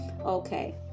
okay